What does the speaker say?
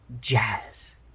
jazz